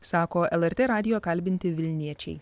sako lrt radijo kalbinti vilniečiai